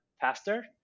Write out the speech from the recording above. faster